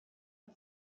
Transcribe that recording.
war